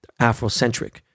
Afrocentric